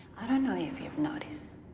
i don't know if you've noticed,